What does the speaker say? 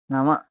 नाम